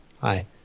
Hi